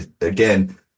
again